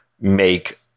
make